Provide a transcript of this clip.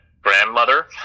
grandmother